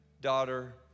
daughter